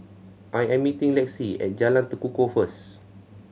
I am meeting Lexie at Jalan Tekukor first